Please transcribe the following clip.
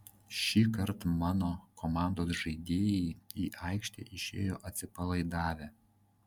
šįkart mano komandos žaidėjai į aikštę išėjo atsipalaidavę